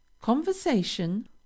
conversation